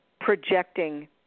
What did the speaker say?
projecting